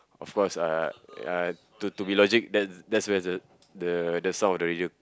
of course uh uh to to be logic that's that's where the the the sound of the radio